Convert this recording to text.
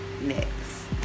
Next